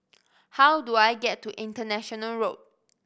how do I get to International Road